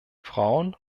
frauen